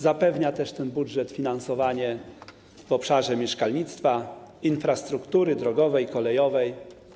Zapewnia też ten budżet finansowanie w obszarze mieszkalnictwa, infrastruktury drogowej i kolejowej.